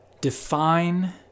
define